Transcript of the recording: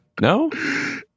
No